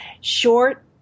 short